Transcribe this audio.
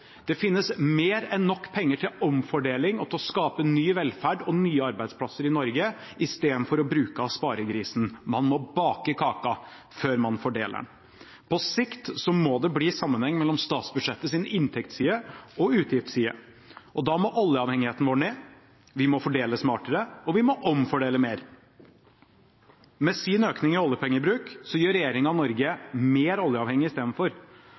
Det finnes mer enn nok penger til omfordeling og til å skape ny velferd og nye arbeidsplasser i Norge i stedet for å bruke av sparegrisen. Man må bake kaka før man fordeler den. På sikt må det bli sammenheng mellom statsbudsjettets inntektsside og utgiftsside, og da må oljeavhengigheten vår ned. Vi må fordele smartere, og vi må omfordele mer. Med sin økning i oljepengebruk gjør regjeringen Norge mer oljeavhengig